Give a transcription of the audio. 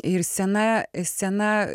ir scena scena